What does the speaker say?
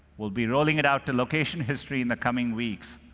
we'll be rolling it out to location history in the coming weeks.